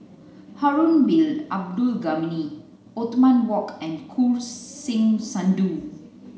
Harun Bin Abdul Ghani Othman Wok and Choor Singh Sidhu